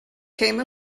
came